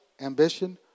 ambition